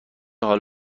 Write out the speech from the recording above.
حال